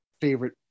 favorite